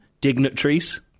dignitaries